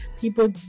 people